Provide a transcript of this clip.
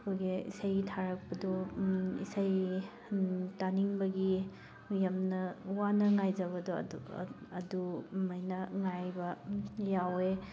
ꯑꯩꯈꯣꯏꯒꯤ ꯏꯁꯩ ꯊꯥꯔꯛꯄꯗꯣ ꯏꯁꯩ ꯇꯥꯅꯤꯡꯕꯒꯤ ꯌꯥꯝꯅ ꯋꯥꯅ ꯉꯥꯏꯖꯕꯗꯣ ꯑꯗꯨ ꯑꯗꯨꯃꯥꯏꯅ ꯉꯥꯏꯕ ꯌꯥꯎꯋꯦ